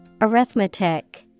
Arithmetic